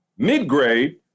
mid-grade